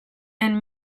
end